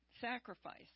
sacrifice